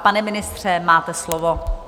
Pane ministře, máte slovo.